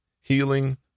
healing